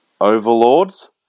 overlords